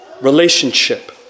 relationship